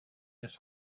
his